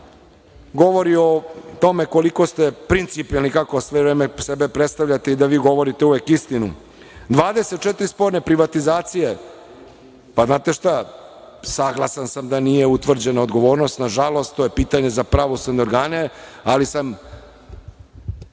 govori o tome koliko ste principijelni, kako sve vreme sebe predstavljate i da vi govorite uvek istinu. Dakle, 24 sporne privatizacije. Pa, znate šta, saglasan sam da nije utvrđena odgovornost, nažalost, to je pitanje za pravosudne organe, ali sam